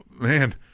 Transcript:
man